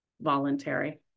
voluntary